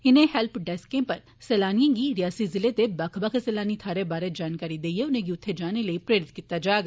इनें हेल्प डेस्कें पर सैलानिएं गी रियासी जिले दे बक्ख बक्ख सैलानी थारें बारै जानकारी देइयै उनेंगी उत्थे जाने लेई प्रेरित कीता जाग